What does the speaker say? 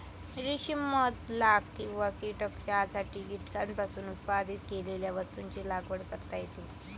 रेशीम मध लाख किंवा कीटक चहासाठी कीटकांपासून उत्पादित केलेल्या वस्तूंची लागवड करता येते